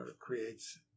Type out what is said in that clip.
Creates